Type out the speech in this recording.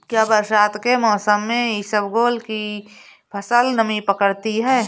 क्या बरसात के मौसम में इसबगोल की फसल नमी पकड़ती है?